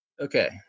Okay